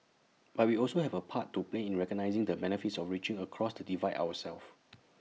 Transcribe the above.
but we also have A part to play in recognising the benefits of reaching across the divide ourselves